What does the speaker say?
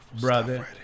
brother